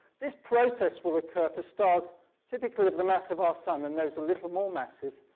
this process will occur for stars typically of the mass of our sun and those a little more massive,